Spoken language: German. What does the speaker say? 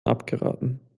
abgeraten